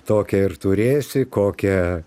tokią ir turėsi kokią